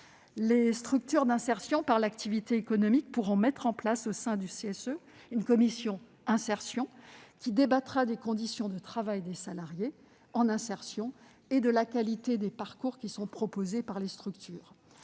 Les structures d'insertion par l'activité économique pourront mettre en place, au sein du CSE, une commission « insertion », qui débattra des conditions de travail des salariés en insertion et de la qualité des parcours proposés par les structures.